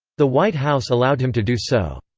the white house allowed him to do so.